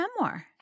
memoir